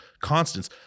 constants